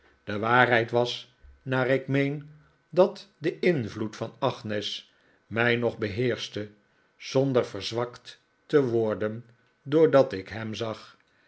de waarheid was naar ik meen dat de invloed van agnes mij nog beheerschte zonder verzwakt te worden doordat ik hem zag